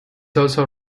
also